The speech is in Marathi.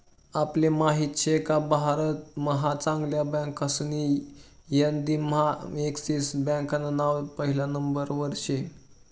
आपले माहित शेका भारत महा चांगल्या बँकासनी यादीम्हा एक्सिस बँकान नाव पहिला नंबरवर शे